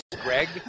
Greg